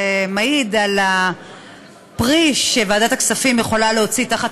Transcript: זה מעיד על הפרי שוועדת הכספים יכולה להוציא תחת